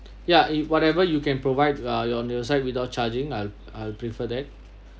ya if whatever you can provide on your side without charging I'll I'll prefer that